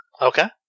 Okay